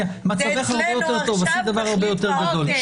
מצבך הרבה יותר טוב, עשית דבר הרבה יותר גדול.